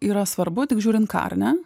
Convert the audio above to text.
yra svarbu tik žiūrint ką ar ne